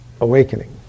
awakening